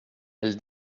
elle